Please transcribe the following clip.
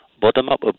bottom-up